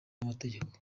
n’amategeko